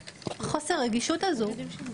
חוסר הרגישות הזו לא יכול להיות.